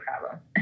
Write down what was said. problem